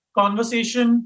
conversation